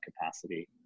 capacity